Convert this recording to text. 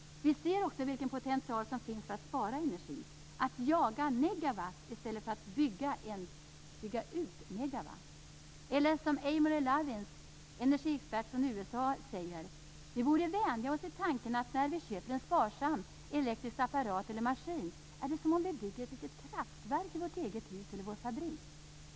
Vi ser också vilken potential det finns för att spara energi - att jaga negawatt i stället för att bygga ut megawatt. Eller som en energiexpert från USA säger: Vi borde vänja oss vid tanken att när vi köper en sparsam elektrisk apparat eller en maskin är det som om vi bygger ett litet kraftverk i vårt eget hus eller i vår fabrik.